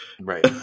Right